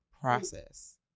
process